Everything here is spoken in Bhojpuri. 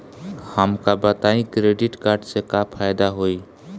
हमका बताई क्रेडिट कार्ड से का फायदा होई?